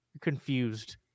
Confused